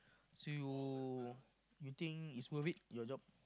so you you think it's worth it your job